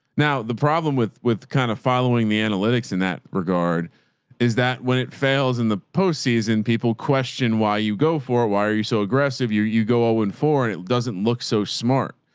now the problem with, with kind of following the analytics in that regard is that when it fails in the postseason people question, why you go for it? why are you so aggressive? you, you go all in for, and it doesn't look so smart,